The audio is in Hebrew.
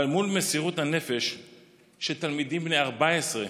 אבל מול מסירות הנפש של תלמידים בני 14,